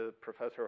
Professor